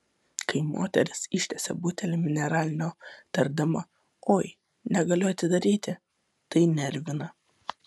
kai moteris ištiesia butelį mineralinio tardama oi negaliu atidaryti tai nervina